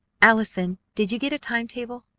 allison, did you get a time-table?